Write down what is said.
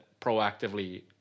proactively